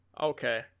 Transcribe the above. Okay